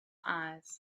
eyes